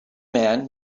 man